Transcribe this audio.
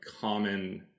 common